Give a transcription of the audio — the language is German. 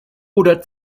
oder